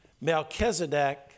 Melchizedek